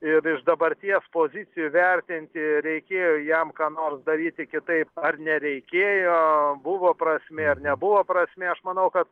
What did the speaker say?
ir iš dabarties pozicijų įvertinti reikėjo jam ką nors daryti kitaip ar nereikėjo buvo prasmė ar nebuvo prasmė aš manau kad